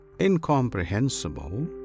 Incomprehensible